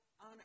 on